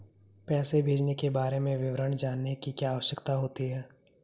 पैसे भेजने के बारे में विवरण जानने की क्या आवश्यकता होती है?